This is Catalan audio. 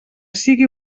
sigui